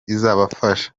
izabafasha